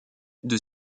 dans